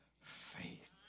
faith